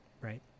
right